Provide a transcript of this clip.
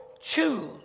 choose